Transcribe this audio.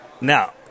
Now